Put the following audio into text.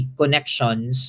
connections